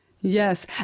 Yes